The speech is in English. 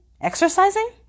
exercising